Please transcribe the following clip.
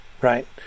right